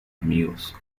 amigos